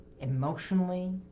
emotionally